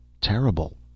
Terrible